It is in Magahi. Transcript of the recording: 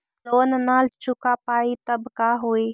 लोन न चुका पाई तब का होई?